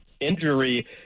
injury